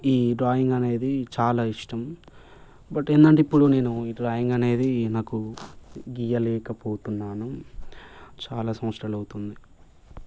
ఈ డ్రాయింగ్ అనేది చాలా ఇష్టం బట్ ఏంటంటే ఇప్పుడు నేను ఈ డ్రాయింగ్ అనేది నాకు గీయలేకపోతున్నాను చాలా సంవత్సరాలు అవుతుంది